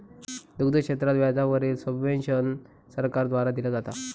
दुग्ध क्षेत्रात व्याजा वरील सब्वेंशन सरकार द्वारा दिला जाता